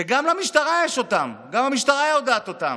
שגם למשטרה יש אותן, גם המשטרה יודעת אותן,